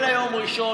אלא יום ראשון,